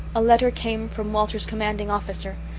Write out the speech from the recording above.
a letter came from walter's commanding officer,